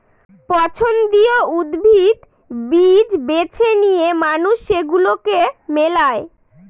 পছন্দীয় উদ্ভিদ, বীজ বেছে নিয়ে মানুষ সেগুলাকে মেলায়